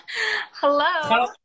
Hello